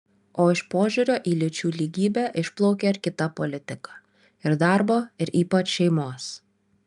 o iš požiūrio į lyčių lygybę išplaukia ir kita politika ir darbo ir ypač šeimos